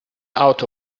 out